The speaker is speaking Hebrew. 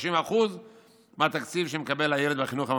כ-30% מהתקציב שמקבל הילד בחינוך הממלכתי.